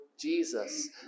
Jesus